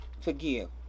forgive